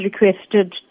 requested